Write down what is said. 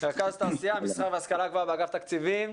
רכז תעשייה, מסחר והשכלה גבוהה באגף תקציבים.